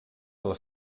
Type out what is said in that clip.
les